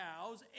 cows